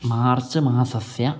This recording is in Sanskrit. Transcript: मार्च्मासस्य